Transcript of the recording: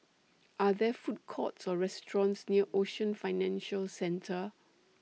Are There Food Courts Or restaurants near Ocean Financial Centre